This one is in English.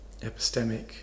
epistemic